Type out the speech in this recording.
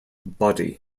body